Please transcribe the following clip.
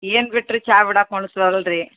ಏನು ಬಿಟ್ರು ಚಾ ಬಿಡಕ್ಕೆ ಮನ್ಸು ಬರಲ್ರೀ